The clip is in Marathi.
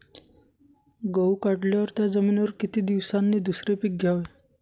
गहू काढल्यावर त्या जमिनीवर किती दिवसांनी दुसरे पीक घ्यावे?